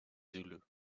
zulu